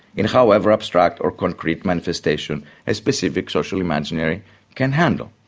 in however abstract or concrete manifestation as specific social imaginary can handle.